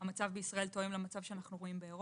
המצב בישראל תואם למצב באירופה.